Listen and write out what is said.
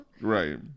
Right